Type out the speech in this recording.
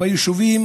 ביישובים